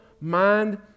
mind